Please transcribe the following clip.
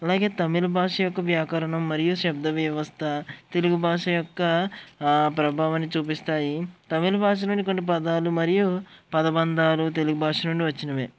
అలాగే తమిళ భాష యొక్క వ్యాకరణం మరియు శబ్ద వ్యవస్థ తెలుగు భాష యొక్క ప్రభావాన్ని చూపిస్తాయి తమిళ భాషలోని కొన్ని పదాలు మరియు పదబంధాలు తెలుగు భాష నుండి వచ్చినవే